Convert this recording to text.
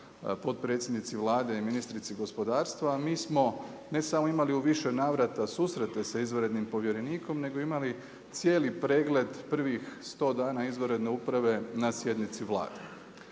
potpredsjednici Vlade i ministrici gospodarstva, a mi smo ne samo imali u više navrata susrete sa izvanrednim povjerenikom nego imali cijeli pregled prvih 100 dana izvanredne uprave na sjednici Vlade.